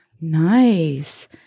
Nice